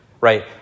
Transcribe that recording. right